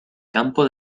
campo